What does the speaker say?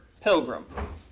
pilgrim